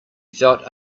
felt